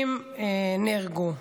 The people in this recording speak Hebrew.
30 נהרגו.